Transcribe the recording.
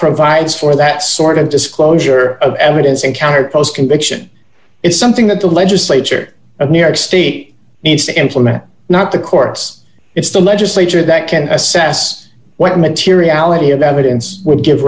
provides for that sort of disclosure of evidence and counterpose conviction is something that the legislature of new york state needs to implement not the courts it's the legislature that can assess what materiality of evidence would give